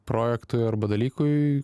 projektui arba dalykui